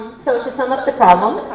so, to sum up the problem,